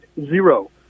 zero